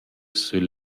sül